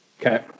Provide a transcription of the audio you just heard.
Okay